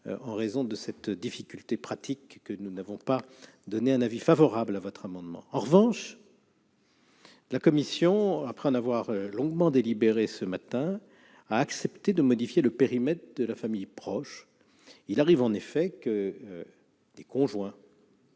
en raison de cette difficulté pratique que nous n'avons pas donné un avis favorable à votre premier amendement. En revanche, la commission, après en avoir longuement délibéré ce matin, a accepté de modifier le périmètre de la famille proche. Il arrive en effet que des conjoints,